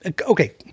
Okay